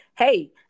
Hey